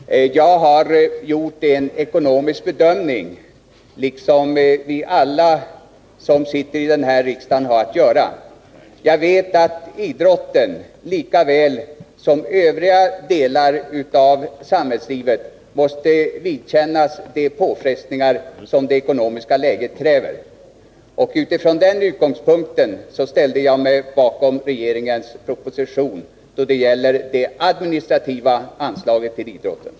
Herr talman! Jag har gjort en ekonomisk bedömning, som vi alla här i riksdagen har att göra. Jag vet att idrotten lika väl som övriga delar av samhällslivet måste vidkännas de påfrestningar som orsakas av det ekonomiska läget. Utifrån den utgångspunkten ställde jag mig bakom regeringens proposition då det gällde det administrativa anslaget till idrotten.